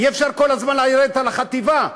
אי-אפשר כל הזמן לרדת על החטיבה.